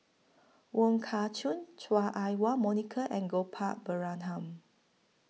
Wong Kah Chun Chua Ah Huwa Monica and Gopal Baratham